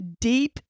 deep